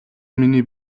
миний